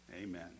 Amen